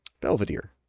Belvedere